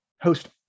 host